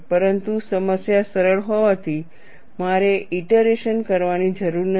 પરંતુ સમસ્યા સરળ હોવાથી મારે ઇટરેશન કરવાની જરૂર નથી